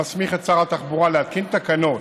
המסמיך את שר התחבורה להתקין תקנות